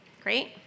Great